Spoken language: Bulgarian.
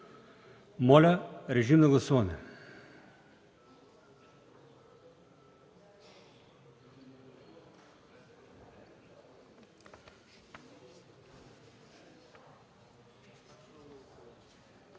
Моля, режим на гласуване.